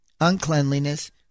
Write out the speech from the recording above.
uncleanliness